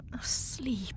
sleep